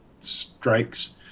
strikes